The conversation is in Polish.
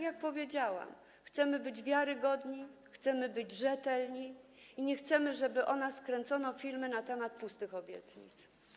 Jak powiedziałam, chcemy być wiarygodni, chcemy być rzetelni i nie chcemy, żeby o nas kręcono filmy, filmy na temat pustych obietnic.